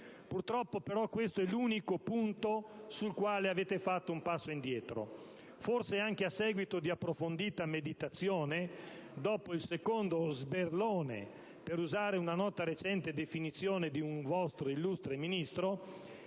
Purtroppo, però, questo è l'unico punto sul quale avete fatto un passo indietro. Forse anche a seguito di approfondita meditazione, dopo il secondo sberlone - per usare una nota recente definizione di un vostro Ministro